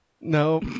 No